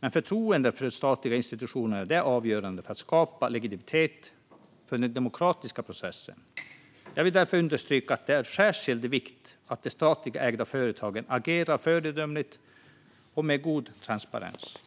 Men förtroendet för de statliga institutionerna är avgörande för att skapa legitimitet för den demokratiska processen. Jag vill därför understryka att det är av särskild vikt att de statligt ägda företagen agerar föredömligt och med god transparens.